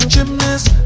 Gymnast